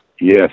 Yes